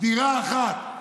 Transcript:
דירה אחת.